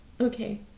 Okay